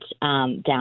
down